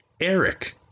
Eric